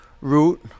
Root